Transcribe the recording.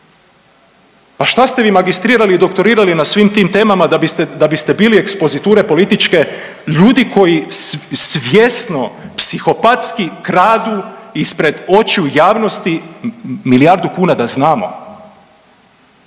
pa šta ste vi magistrirali i doktorirali na svim tim temama da biste, da biste bili ekspoziture političke, ljudi koji svjesno psihopatski kradu ispred očiju javnosti milijardu kuna da znamo.